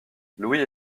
louis